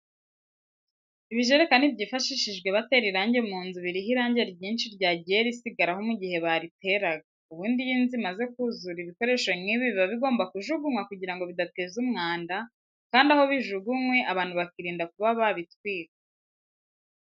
Ibijerekani byifashishijwe batera irange mu nzu biriho irange ryinshi ryagiye risigaraho mu gihe bariteraga, ubundi iyo inzu imaze kuzura ibikoresho nk'ibi biba bigomba kujugunywa kugira ngo bidateza umwanda, kandi aho bijugunywe abantu bakirinda kuba babitwika.